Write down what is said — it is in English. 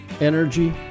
Energy